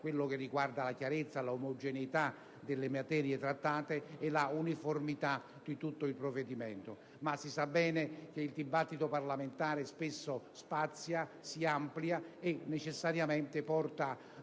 e riguarda la chiarezza e l'omogeneità delle materie trattate e la uniformità di tutto il provvedimento. Si sa bene che il dibattito parlamentare spesso spazia, si amplia e necessariamente porta